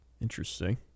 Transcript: Interesting